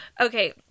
Okay